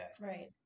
Right